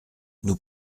nous